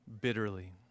bitterly